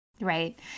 Right